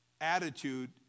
attitude